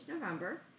November